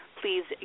please